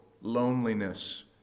loneliness